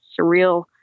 surreal